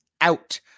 out